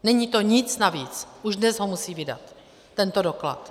Není to nic navíc, už dnes ho musí vydat, tento doklad.